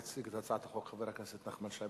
יציג את הצעת החוק חבר הכנסת נחמן שי.